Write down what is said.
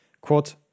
Quote